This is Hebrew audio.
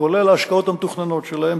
כולל ההשקעות המתוכננות שלהם,